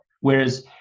Whereas